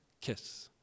kiss